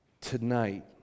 tonight